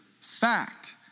fact